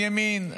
אין ימין.